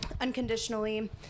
unconditionally